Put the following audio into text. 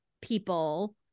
people